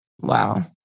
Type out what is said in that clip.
Wow